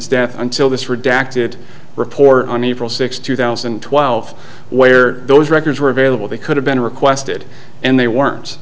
death until this redacted report on april sixth two thousand and twelve where those records were available they could have been requested and they weren't